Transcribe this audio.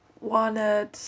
wanted